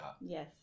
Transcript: Yes